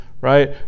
right